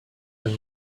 and